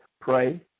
pray